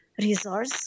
resource